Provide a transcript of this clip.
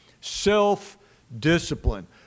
self-discipline